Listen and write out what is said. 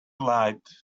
light